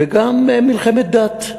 וגם למלחמת דת.